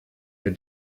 wir